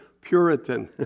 Puritan